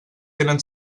tenen